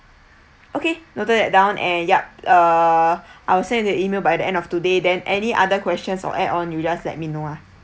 okay noted that down and yup uh I'll send the email by the end of today then any other questions or add on you just let me know ah